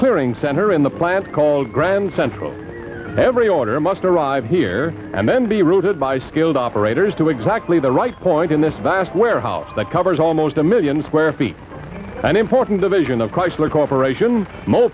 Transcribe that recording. clearing center in the plans called grand central every order must arrive here and then be routed by skilled operators to exactly the right point in this vast warehouse that covers almost a million square feet an important division of chrysler corporation mo